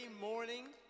morning